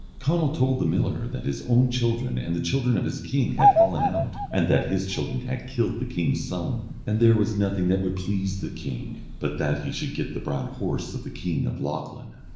conall told the miller that his own children and the children of his king had fallen out, and that his children had killed the king's son, and there was nothing that would please the king but that he should get the brown horse of the king of lochlann.